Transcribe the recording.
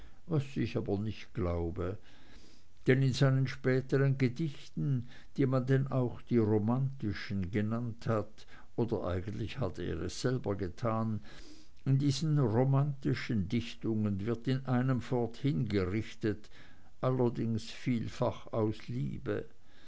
was ich aber nicht glaube denn in seinen späteren gedichten die man denn auch die romantischen genannt hat oder eigentlich hat er es selber getan in diesen romantischen dichtungen wird in einem fort hingerichtet allerdings vielfach aus liebe